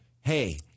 Hey